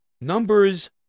numbers